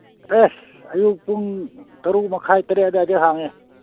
ꯑꯦ ꯑꯌꯨꯛ ꯄꯨꯡ ꯇꯔꯨꯛ ꯃꯈꯥꯏ ꯇꯔꯦꯠ ꯑꯗꯨꯋꯥꯏꯗꯒꯤ ꯍꯥꯡꯉꯦ